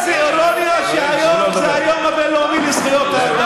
הקול השפוי שמעודד פיגועי טרור ורצח.